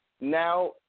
Now